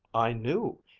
i knew!